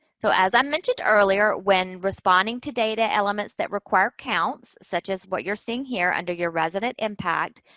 so, as i mentioned earlier, when responding to data elements that require counts, such as what you're seeing here under your resident impact,